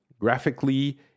Graphically